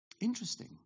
Interesting